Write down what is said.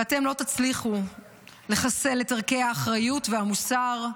ואתם לא תצליחו לחסל את ערכי האחריות והמוסר,